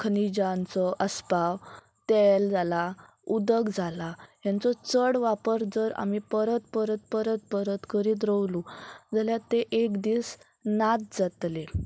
खनिजांचो आसपाव तेल जाला उदक जालां हेंचो चड वापर जर आमी परत परत परत परत करीत रोवलो जाल्यार ते एक दीस नाच जातले